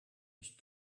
nicht